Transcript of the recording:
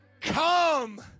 come